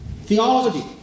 theology